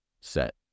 set